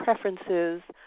preferences